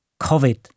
COVID